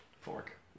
Fork